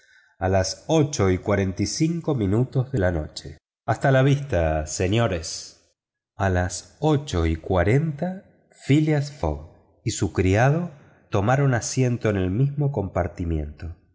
a las ocho y cuarenta y cinco minutos de la noche hasta la vista señores a las ocho y cuarenta phileas fogg y su criado tomaron asiento en el mismo compartimento